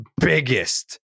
biggest